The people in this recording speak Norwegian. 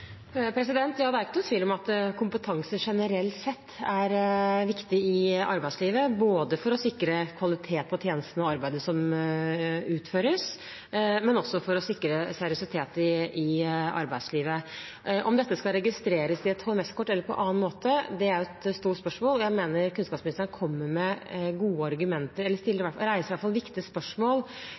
Det er ikke noen tvil om at kompetanse generelt sett er viktig i arbeidslivet, både for å sikre kvalitet på tjenestene og arbeidet som utføres, og for å sikre seriøsitet i arbeidslivet. Om dette skal registreres i et HMS-kort eller på annen måte, er et stort spørsmål. Jeg mener kunnskapsministeren reiser viktige spørsmål om måten det eventuelt må bli gjort på i